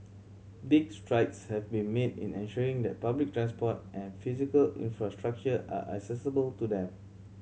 big strides have been made in ensuring that public transport and physical infrastructure are accessible to them